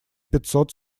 пятьсот